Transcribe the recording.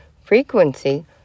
frequency